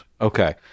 Okay